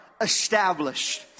established